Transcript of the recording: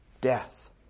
death